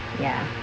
ya